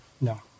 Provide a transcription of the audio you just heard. No